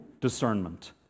discernment